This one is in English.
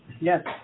yes